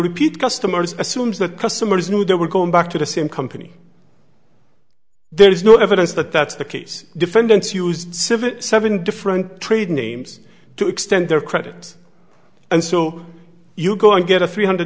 repeat customers assumes that customers knew they were going back to the same company there is no evidence that that's the case defendants used civet seven different trade names to extend their credits and so you go and get a three hundred